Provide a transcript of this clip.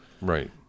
Right